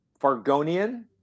Fargonian